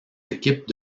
équipes